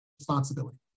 responsibility